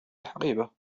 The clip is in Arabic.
الحقيبة